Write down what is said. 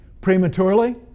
prematurely